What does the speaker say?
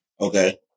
Okay